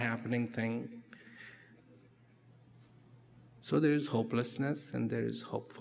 happening thing so those hopelessness and there's hope